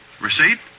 Receipt